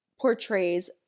portrays